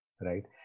right